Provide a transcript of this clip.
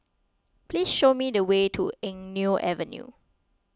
please show me the way to Eng Neo Avenue